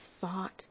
thought